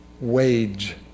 wage